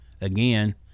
again